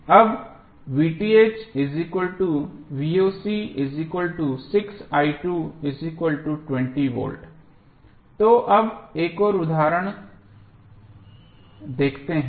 अब V तो अब एक और उदाहरण देखते हैं